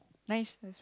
nice